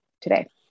today